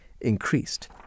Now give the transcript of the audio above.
increased